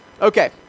okay